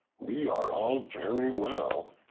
we are all very well,